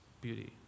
beauty